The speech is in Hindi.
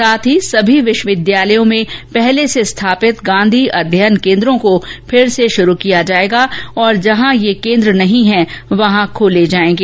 साथ ही समी विश्वविद्यालयों में पहले से स्थापित गांधी अध्ययन केन्द्रों को फिर से शुरू किया जाएगा और जहां ये केन्द्र नहीं है वहां खोले जायेंगे